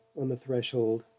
on the threshold.